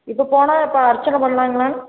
இப்போது போனால் இப்போ அர்ச்சனை பண்ணலாங்களா